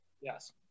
Yes